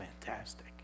fantastic